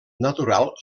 natural